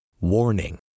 Warning